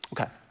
Okay